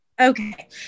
Okay